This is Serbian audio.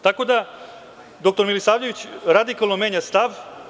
Doktor Milisavljević radikalno menja stav.